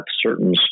certain